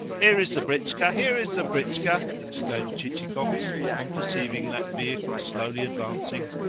here is the britchka, here is the britchka! exclaimed chichikov on perceiving that vehicle slowly advancing.